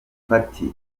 party